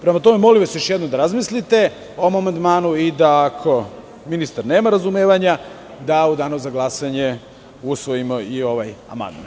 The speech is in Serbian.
Prema tome, molim vas još jednom da razmislite o mom amandmanu i da, ako ministar nema razumevanja, u danu za glasanje usvojimo i ovaj amandman.